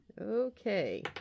Okay